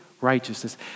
righteousness